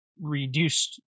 reduced